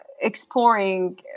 exploring